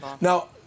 Now